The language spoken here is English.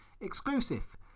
Exclusive